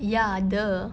ya !duh!